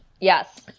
Yes